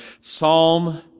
Psalm